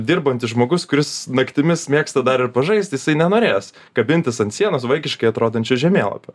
dirbantis žmogus kuris naktimis mėgsta dar ir pažaist jisai nenorės kabintis ant sienos vaikiškai atrodančio žemėlapio